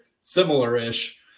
similar-ish